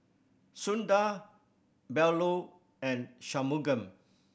Sundar Bellur and Shunmugam